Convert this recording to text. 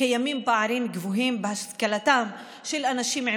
קיימים פערים גבוהים בהשכלתם של אנשים עם